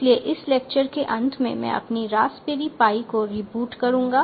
इसलिए इस लेक्चर के अंत में मैं अपनी रास्पबेरी पाई को रीबूट करूंगा